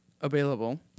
available